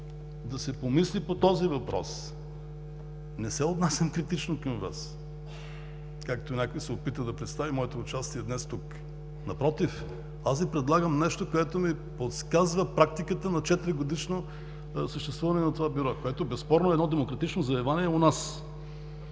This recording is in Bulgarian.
да се помисли по този въпрос. Не се отнасям критично към Вас, както някой се опита да представи моето участие днес тук. Напротив, аз Ви предлагам нещо, което ми подсказва практиката на четиригодишно съществуване на това Бюро, което безспорно е едно демократично завоевание у нас,